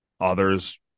others